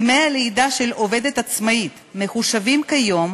דמי הלידה של עובדת עצמאית מחושבים כיום,